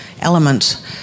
element